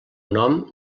nom